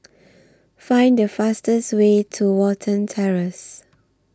Find The fastest Way to Watten Terrace